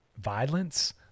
violence